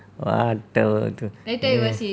what a joke eh